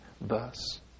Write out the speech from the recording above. thus